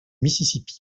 mississippi